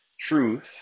truth